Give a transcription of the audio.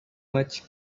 much